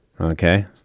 Okay